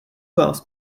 vás